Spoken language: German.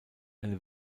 eine